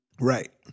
Right